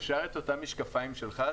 אסף, אפשר את אותם משקפיים שלך?